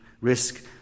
Risk